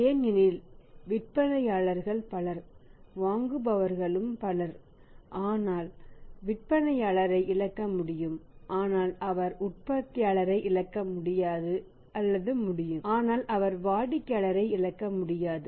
ஏனெனில் விற்பனையாளர்கள் பலர் வாங்குபவர்களும் பலர் ஆனால் அவர் விற்பனையாளரை இழக்க முடியும் ஆனால் அவர் உற்பத்தியாளரை இழக்க முடியாது அல்லது முடியும் ஆனால் அவர் வாடிக்கையாளரை இழக்க முடியாது